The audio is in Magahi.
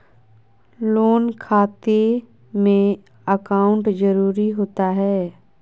लोन खाते में अकाउंट जरूरी होता है?